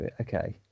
okay